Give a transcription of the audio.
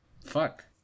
fuck